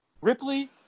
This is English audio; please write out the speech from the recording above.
Ripley